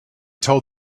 told